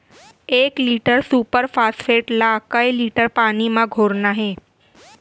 एक litre superphosphate ला कए लीटर पानी मा घोरना हे?